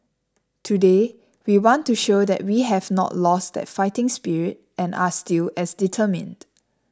today we want to show that we have not lost that fighting spirit and are still as determined